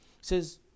says